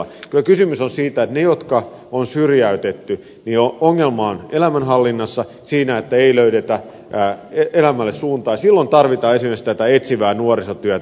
kyllä kysymys on siitä että niillä jotka on syrjäytetty ongelma on elämänhallinnassa siinä että ei löydetä elämälle suuntaa ja silloin tarvitaan esimerkiksi tätä etsivää nuorisotyötä